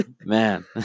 man